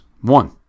one